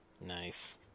Nice